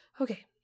okay